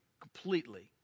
completely